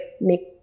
make